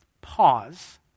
Pause